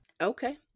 okay